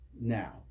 Now